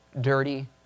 dirty